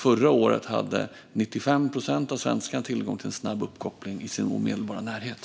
Förra året hade 95 procent av svenskarna tillgång till en snabb uppkoppling i sin omedelbara närhet.